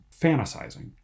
fantasizing